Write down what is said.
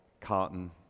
carton